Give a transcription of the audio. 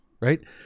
right